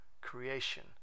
creation